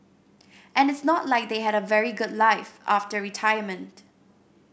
and it's not like they had a very good life after retirement